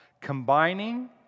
combining